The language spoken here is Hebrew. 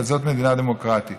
וזאת מדינה דמוקרטית,